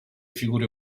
figure